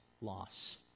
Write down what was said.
loss